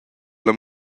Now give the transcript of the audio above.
alla